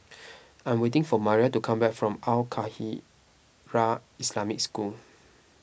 I am waiting for Maria to come back from Al Khairiah Islamic School